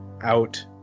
out